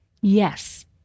yes